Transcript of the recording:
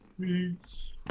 Peace